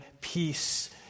peace